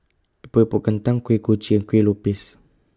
Epok Epok Kentang Kuih Kochi and Kueh Lopes